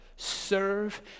serve